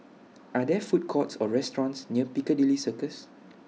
Are There Food Courts Or restaurants near Piccadilly Circus